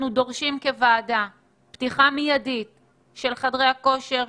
כוועדה אנחנו דורשים פתיחה מיידית של חדרי הכושר,